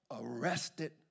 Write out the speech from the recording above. arrested